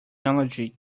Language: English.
allergic